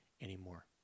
anymore